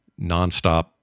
nonstop